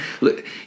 Look